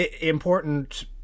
important